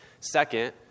Second